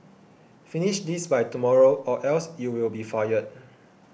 finish this by tomorrow or else you will be fired